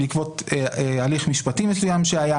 בעקבות הליך משפטי מסוים שהיה,